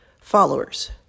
followers